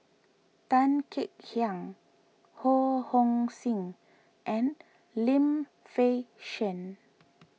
Tan Kek Hiang Ho Hong Sing and Lim Fei Shen